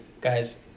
Guys